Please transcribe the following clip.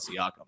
siakam